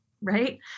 Right